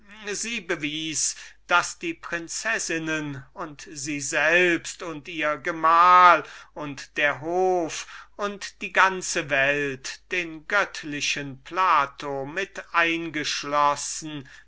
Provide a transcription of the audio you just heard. sie bewies daß die prinzessinnen und sie selbst und ihr gemahl und der hof und die ganze welt den göttlichen plato